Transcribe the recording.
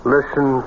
Listen